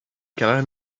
carrière